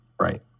Right